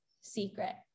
secret